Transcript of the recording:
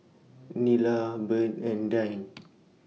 Nylah Byrd and Dayne